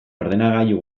ordenagailu